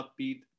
upbeat